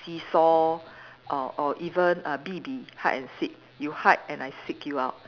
seesaw or or even err B B hide and seek you hide and I seek you out